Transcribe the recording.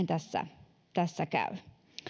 tässä tässä käy